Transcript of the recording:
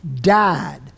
Died